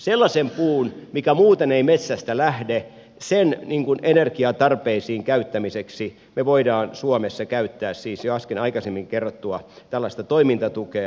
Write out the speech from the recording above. sellaisen puun mikä muuten ei metsästä lähde energiatarpeisiin käyttämiseksi me voimme suomessa käyttää siis äsken kerrottua tällaista toimintatukea